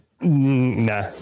nah